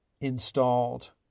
installed